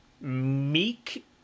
meek